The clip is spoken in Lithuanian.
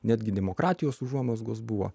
netgi demokratijos užuomazgos buvo